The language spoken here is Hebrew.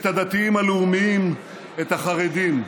את הדתיים הלאומיים, את החרדים.